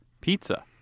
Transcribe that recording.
pizza